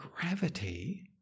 gravity